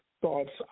thoughts